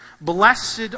Blessed